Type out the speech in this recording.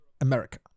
America